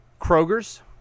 Kroger's